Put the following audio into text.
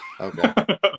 okay